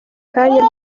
kanya